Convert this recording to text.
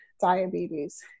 diabetes